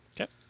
Okay